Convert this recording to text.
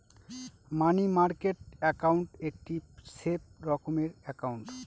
মানি market account একটি safe রকমের account